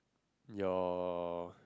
you